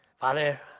Father